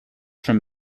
from